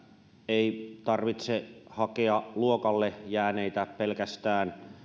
ei tarvitse hakea luokalle jääneitä pelkästään